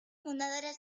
fundadoras